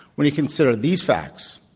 when you consider these facts,